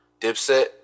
Dipset